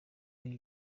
uyu